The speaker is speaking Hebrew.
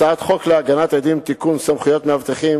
הצעת חוק להגנת עדים (תיקון) (סמכויות מאבטחים),